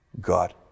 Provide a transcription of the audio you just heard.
God